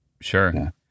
sure